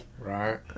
Right